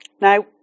Now